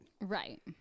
Right